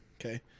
Okay